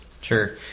Sure